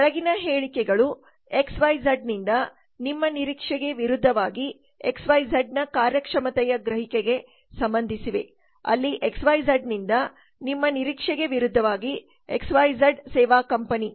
ಈ ಕೆಳಗಿನ ಹೇಳಿಕೆಗಳು ಎಕ್ಸ್ ವೈ ಝಡ್ನಿಂದ ನಿಮ್ಮ ನಿರೀಕ್ಷೆಗೆ ವಿರುದ್ಧವಾಗಿ ಎಕ್ಸ್ ವೈ ಝಡ್ನ ಕಾರ್ಯಕ್ಷಮತೆಯ ಗ್ರಹಿಕೆಗೆ ಸಂಬಂಧಿಸಿವೆ ಅಲ್ಲಿ ಎಕ್ಸ್ ವೈ ಝಡ್ ನಿಂದ ನಿಮ್ಮ ನಿರೀಕ್ಷೆಗೆ ವಿರುದ್ಧವಾಗಿ ಎಕ್ಸ್ ವೈ ಝಡ್ ಸೇವಾ ಕಂಪನಿ